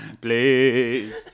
Please